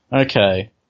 okay